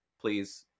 please